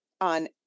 on